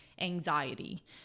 anxiety